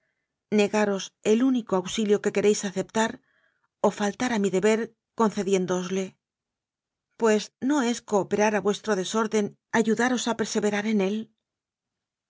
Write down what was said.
el único auxilio que queréis aceptar o faltar a mi de ber concediéndoosle pues no es cooperar a vues tro desorden ayudaros a perseverar en él